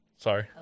Sorry